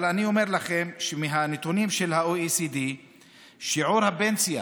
אבל אני אומר לכם שמהנתונים של ה-OECD שיעור הפנסיה